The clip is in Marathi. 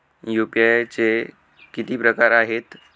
यू.पी.आय चे किती प्रकार आहेत?